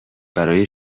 برای